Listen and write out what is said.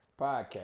podcast